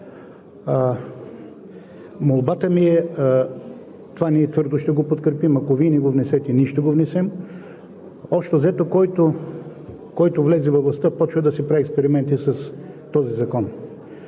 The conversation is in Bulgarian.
Молбата ми е, това ние твърдо ще го подкрепим, ако Вие не го внесете, ние ще го внесем – общо взето, който влезе във властта, започва да си прави експерименти с този закон.